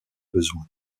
besoin